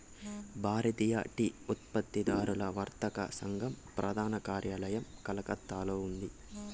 భారతీయ tea ఉత్పత్తిదారుల వర్తక సంఘం ప్రధాన కార్యాలయం కలకత్తాలో ఉంది